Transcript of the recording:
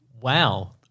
Wow